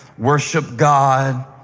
worship god,